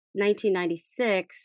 1996